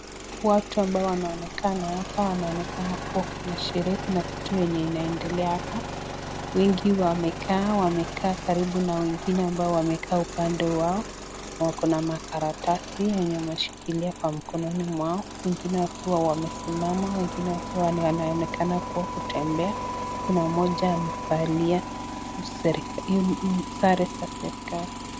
Watu ambao wansonekana hapa, wanaonekana kuwa kuna sherehe, kuna kitu ambayo inaendelea hapa wengi wamekaa, wamekaa karibu na wengine ambao wamekaa upande wao wako na wako na makaratasi yenye wameshikilia kwa mikononi mwao. Wengine wakiwa wamesimama wengine wakiwa wanaonekana kuwa kutembea. Kuna mmoja amevalia sare za serikali.